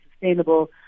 sustainable